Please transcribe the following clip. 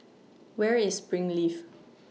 Where IS Springleaf